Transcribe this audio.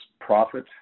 profit